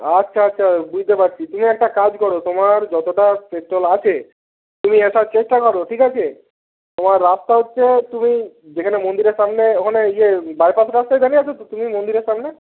আচ্ছা আচ্ছা বুঝতে পারছি তুমি একটা কাজ কর তোমার যতটা পেট্রল আছে নিয়ে আসার চেষ্টা কর ঠিক আছে তোমার রাস্তা হচ্ছে তুমি যেখানে মন্দিরের সামনে ওখানে ইয়ে বাইপাস রাস্তায় দাঁড়িয়ে আছো তো তুমি মন্দিরের সামনে